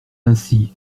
ainsi